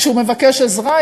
כשהוא מבקש עזרה,